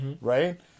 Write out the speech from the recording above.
right